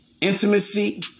intimacy